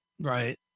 Right